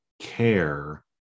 care